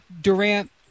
Durant